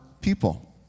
people